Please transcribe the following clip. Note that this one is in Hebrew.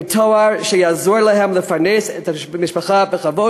עם תואר שיעזור להם לפרנס את המשפחה בכבוד.